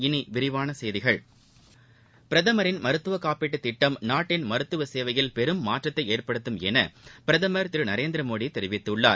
இனி விரிவான செய்திகள் பிரதமின் மருத்துவ காப்பீட்டுத் திட்டம் நாட்டின் மருத்துவ சேவையில் பெரும் மாற்றத்தை ஏற்படுத்தும் என பிரதமர் திரு நரேந்திரமோடி தெரிவித்துள்ளார்